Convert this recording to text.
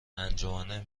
انجمن